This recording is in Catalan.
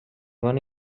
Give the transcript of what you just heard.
van